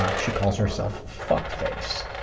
ah she calls herself fuckface,